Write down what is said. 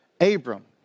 Abram